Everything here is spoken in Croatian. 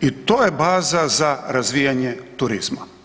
i to je baza za razvijanje turizma.